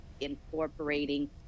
incorporating